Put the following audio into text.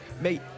mate